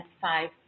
five